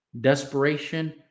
desperation